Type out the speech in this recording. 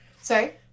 Sorry